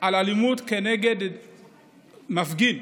בעניין אלימות כנגד מפגין,